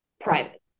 private